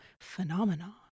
phenomena